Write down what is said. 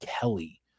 Kelly